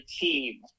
team